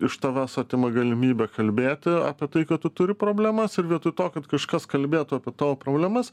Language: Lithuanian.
iš tavęs atima galimybę kalbėti apie tai kad tu turi problemas ir vietoj to kad kažkas kalbėtų apie tavo problemas